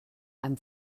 einem